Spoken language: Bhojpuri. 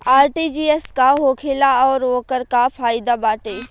आर.टी.जी.एस का होखेला और ओकर का फाइदा बाटे?